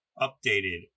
updated